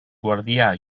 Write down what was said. guardià